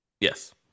Yes